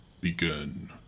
begin